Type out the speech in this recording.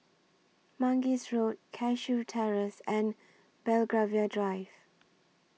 Mangis Road Cashew Terrace and Belgravia Drive